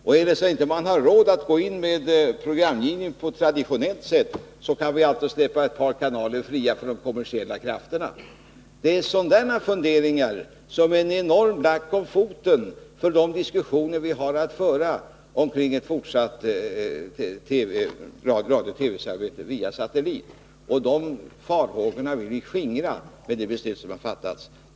Och är det så att man inte har råd med programgivning på traditionellt sätt, kan vi alltid släppa ett par kanaler fria för de kommersiella krafterna. Det är sådana funderingar som är en enorm black om foten i de diskussioner vi har att föra kring ett fortsatt radiooch TV-samarbete via satellit. Farhågorna för en sådan utveckling har vi velat skingra med det beslut som har fattats.